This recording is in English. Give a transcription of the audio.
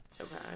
Okay